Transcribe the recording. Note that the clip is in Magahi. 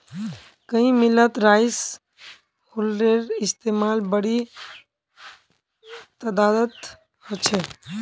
कई मिलत राइस हुलरेर इस्तेमाल बड़ी तदादत ह छे